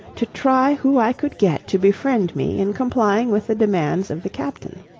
to try who i could get to befriend me in complying with the demands of the captain.